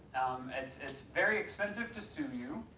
it's it's very expensive to sue you,